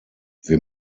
wir